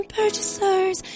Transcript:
purchasers